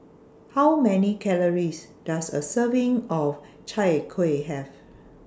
How Many Calories Does A Serving of Chai Kueh Have